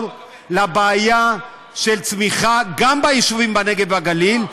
גם בבעיה של הצמיחה ביישובים בנגב ובגליל,